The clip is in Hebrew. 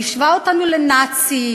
השווה אותנו לנאצים,